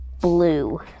blue